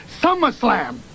SummerSlam